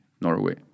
Norway